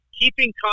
keeping